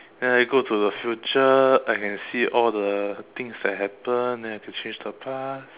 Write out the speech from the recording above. then I go to the future I can see all the things that happen and I could change the past